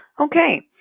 Okay